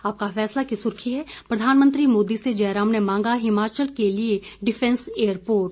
आपका फैसला की सुर्खी है प्रधानमंत्री मोदी से जयराम ने मांगा हिमाचल के लिए डिफेंस एयरपोर्ट